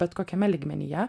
bet kokiame lygmenyje